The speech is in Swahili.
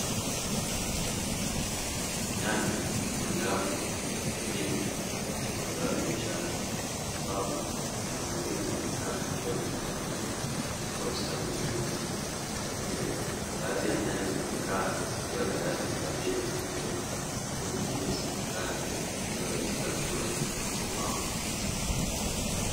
Nyanya ni moja wapo ya kilimo cha mazao ya biashara ambapo shamba hili linaonekana likiwa limepangiliwa katika ustadi mkubwa, hivyo baadhi ya nyanya zinaonekana zikiwa tayari kwa ajili ya kuvunwa huku nyingine zinaonekana zikiwa katika hatua ya ukomavu.